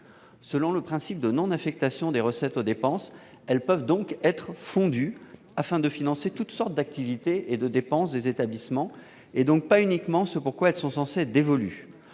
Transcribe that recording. Selon le principe de non-affectation des recettes aux dépenses, elles peuvent donc être « fondues » afin de financer toutes sortes d'activités et de dépenses des établissements, et donc pas uniquement celles auxquelles elles sont censées être dévolues.